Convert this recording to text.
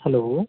hello